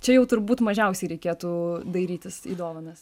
čia jau turbūt mažiausiai reikėtų dairytis į dovanas